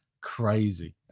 crazy